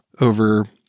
over